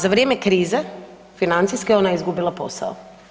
Za vrijeme krize financijske ona je izgubila posao.